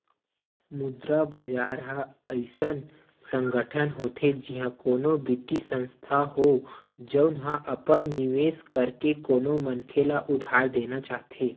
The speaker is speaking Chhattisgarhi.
मुद्रा बजार ह अइसन संगठन होथे जिहाँ कोनो बित्तीय संस्थान हो, जउन ह अपन निवेस करके कोनो मनखे ल उधार देना चाहथे